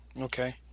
Okay